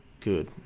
Good